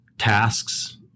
Tasks